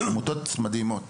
אלה עמותות מדהימות.